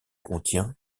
contient